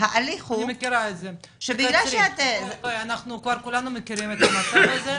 הוא שבגלל ש --- בואי אנחנו כולנו מכירים את המצב הזה,